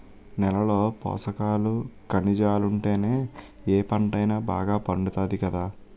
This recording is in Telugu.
నేలలో పోసకాలు, కనిజాలుంటేనే ఏ పంటైనా బాగా పండుతాది కదా